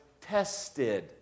tested